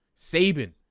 Saban